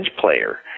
player